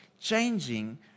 changing